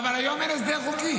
אבל היום אין הסדר חוקי.